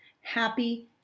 happy